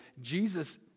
Jesus